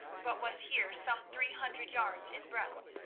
but was here some three hundred yards in breadth.